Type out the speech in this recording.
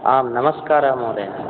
आं नमस्कारः महोदय